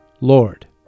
Lord